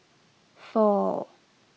four